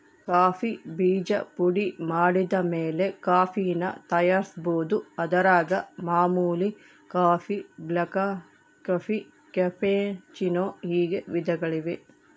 coffee ಬೀಜ ಪುಡಿಮಾಡಿದಮೇಲೆ ಕಾಫಿನ ತಯಾರಿಸ್ಬೋದು, ಅದರಾಗ ಮಾಮೂಲಿ ಕಾಫಿ, ಬ್ಲಾಕ್ಕಾಫಿ, ಕ್ಯಾಪೆಚ್ಚಿನೋ ಹೀಗೆ ವಿಧಗಳಿವೆ